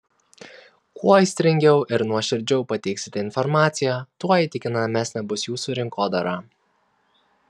kuo aistringiau ir nuoširdžiau pateiksite informaciją tuo įtikinamesnė bus jūsų rinkodara